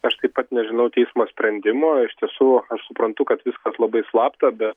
aš taip pat nežinau teismo sprendimo iš tiesų aš suprantu kad viskas labai slapta bet